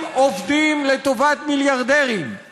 אגיד: הגיע הזמן שאנחנו נגדל פה קצת אומץ,